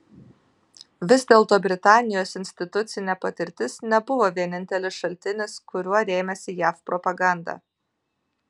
vis dėlto britanijos institucinė patirtis nebuvo vienintelis šaltinis kuriuo rėmėsi jav propaganda